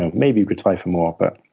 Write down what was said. and maybe you could try for more, but